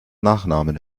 nachnamen